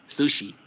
Sushi